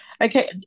Okay